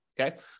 okay